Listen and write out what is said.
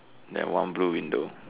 then one blue window